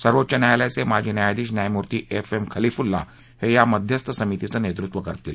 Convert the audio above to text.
सर्वोच्च न्यायालयाचे माजी न्यायाधीश न्यायमूर्ती एफ एम खलिफुल्ला हे या मध्यस्थ समितीचं नेतृत्व करतील